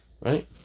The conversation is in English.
Right